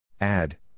Add